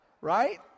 right